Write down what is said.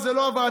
אז זה לא עבר.